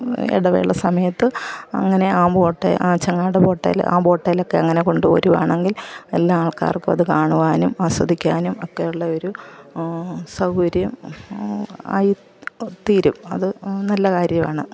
ഇടവേള സമയത്ത് അങ്ങനെ ആ ബോട്ടെൽ ആ ചങ്ങാട ബോട്ടേൽ ആ ബോട്ടേലൊക്കെ അങ്ങനെ കൊണ്ടുപോരുവാണെങ്കിൽ എല്ലാ ആൾക്കാർക്കും അതു കാണുവാനും ആസ്വദിക്കാനും ഒക്കെയുള്ള ഒരു സൗകര്യം ആയി തീരും അത് നല്ല കാര്യവാണ്